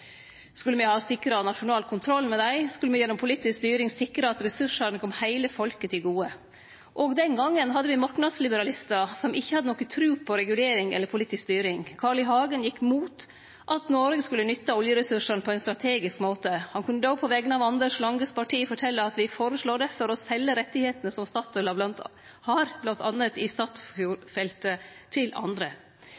Skulle me sikre nasjonal kontroll med dei? Skulle me gjennom politisk styring sikre at ressursane kom heile folket til gode? Òg den gongen hadde me marknadsliberalistar som ikkje hadde noka tru på regulering eller politisk styring. Carl I. Hagen gjekk imot at Noreg skulle nytte oljeressursane på ein strategisk måte. Han kunne då, på vegner av Anders Langes Parti, fortelje: «Vi foreslår derfor å selge rettigheter som Statoil har bl.a. i